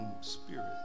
spirit